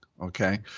Okay